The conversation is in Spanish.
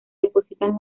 depositan